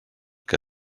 que